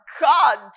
God